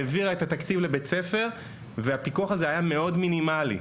העבירה את התקציב לבית ספר והפיקוח הזה היה מאוד מינימלי,